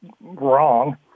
wrong